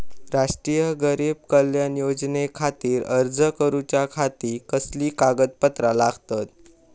राष्ट्रीय गरीब कल्याण योजनेखातीर अर्ज करूच्या खाती कसली कागदपत्रा लागतत?